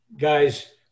guys